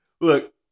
Look